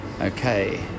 Okay